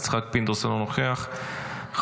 סגרתי את הרשימה, אם פתאום מישהו ירצה.